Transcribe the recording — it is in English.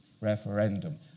referendum